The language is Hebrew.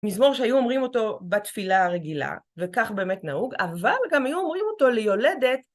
מזמור שהיו אומרים אותו בתפילה הרגילה, וכך באמת נהוג, אבל גם היו אומרים אותו ליולדת.